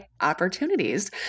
opportunities